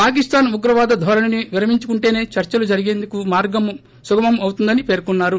పాకిస్తాన్ ఉగ్రవాద ధోరణిని విరమించుకుంటేనే చర్చలు జరిగేందుకు మార్గం సుగమం అవుతుందని పేర్కొన్నారు